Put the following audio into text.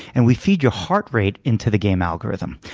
and we feed your heart rate into the game algorithm.